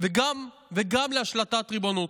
וגם להשלטת ריבונות.